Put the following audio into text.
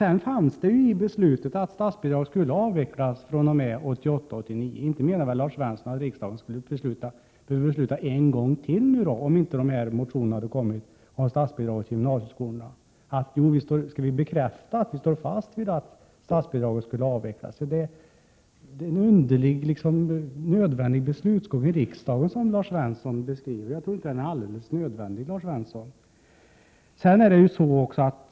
I beslutet ingick att statsbidraget skulle avvecklas fr.o.m. 1988/89. Inte menar väl Lars Svensson att riksdagen skulle behöva besluta en gång till och bekräfta att vi står fast vid att statsbidraget skall avvecklas? Det är en underlig beslutsgång i riksdagen som Lars Svensson beskriver. Jag tror inte att den är alldeles nödvändig.